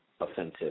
offensive